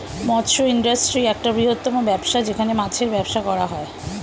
মৎস্য ইন্ডাস্ট্রি একটা বৃহত্তম ব্যবসা যেখানে মাছের ব্যবসা করা হয়